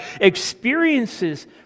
experiences